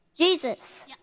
Jesus